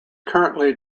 currently